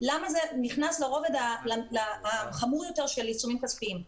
למה זה נכנס לרובד החמור יותר של עיצומים כספיים?